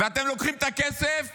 ואתם לוקחים את הכסף,